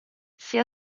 sia